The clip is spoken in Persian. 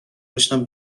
داشتم